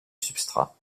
substrat